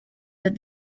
that